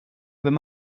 wenn